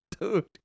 dude